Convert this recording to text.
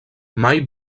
mai